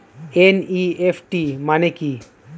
NEFT মানে কি?